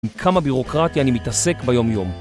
עם כמה בירוקרטיה אני מתעסק ביומיום